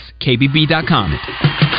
KBB.com